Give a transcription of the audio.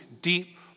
Deep